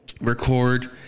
record